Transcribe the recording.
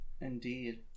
Indeed